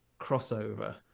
crossover